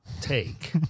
take